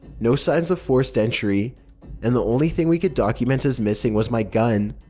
no signs of forced entry and the only thing we could document as missing was my gun.